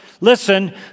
listen